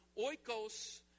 Oikos